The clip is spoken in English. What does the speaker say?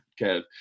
Kev